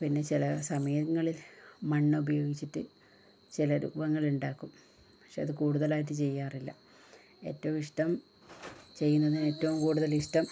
പിന്നെ ചില സമയങ്ങളിൽ മണ്ണ് ഉയോഗിച്ചിട്ട് ചില രൂപങ്ങളുണ്ടാക്കും പക്ഷെ അത് കൂടുതലായിട്ട് ചെയ്യാറില്ല ഏറ്റവും ഇഷ്ട്ടം ചെയ്യുന്നതില് ഏറ്റവും കൂടുതലിഷ്ട്ടം